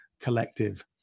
collective